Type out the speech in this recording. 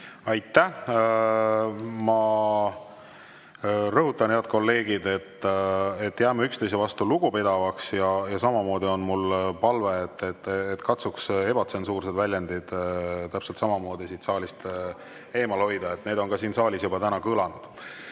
Aitäh! Ma rõhutan, head kolleegid, et jääme üksteise suhtes lugupidavaks. Ja samamoodi on mul palve, et katsuks ebatsensuursed väljendid siit saalist eemal hoida. Need on ka siin saalis juba täna kõlanud.